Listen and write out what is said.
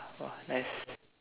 !wah! nice